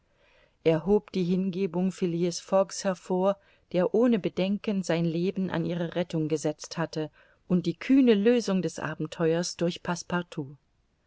er hob die hingebung phileas fogg's hervor der ohne bedenken sein leben an ihre rettung gesetzt hatte und die kühne lösung des abenteuers durch